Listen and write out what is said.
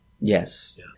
Yes